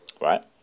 right